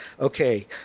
okay